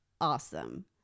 Awesome